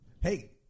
Hey